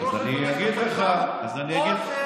או שראש המפלגה שלך שקרן או שהוא מבלבל את המוח.